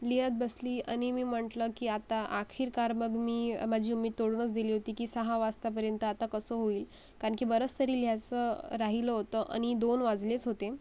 लिहित बसली आणि मी म्हटलं की आता आखिरकार मग मी माझी उम्मीद तोडूनच दिली होती की सहा वाजतापर्यंत आता कसं होईल कारण की बरचसं तरी लिहायचं राहिलं होतं आणि दोन वाजलेच होते